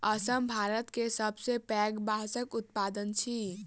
असम भारत के सबसे पैघ बांसक उत्पादक अछि